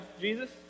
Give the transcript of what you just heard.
Jesus